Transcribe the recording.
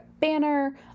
banner